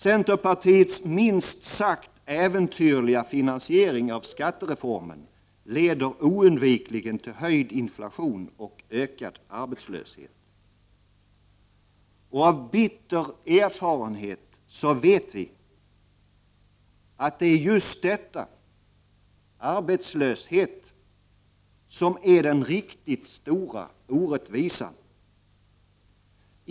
Centerns minst sagt äventyrliga finansiering av skattereformen leder oundvikligen till höjd inflation och ökad arbetslöshet. Av bitter erfarenhet vet vi att just detta är den riktigt stora orättvisan.